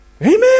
Amen